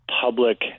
public